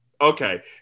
Okay